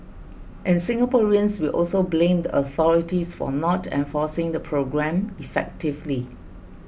and Singaporeans will also blame the authorities for not enforcing the program effectively